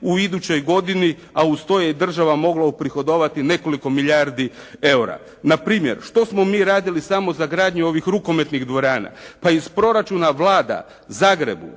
u idućoj godini, a uz to je i država mogla uprihodovati nekoliko milijardi EUR-a. Na primjer što smo mi radili samo za gradnju ovih rukometnih dvorana? Pa iz proračuna Vlada Zagrebu,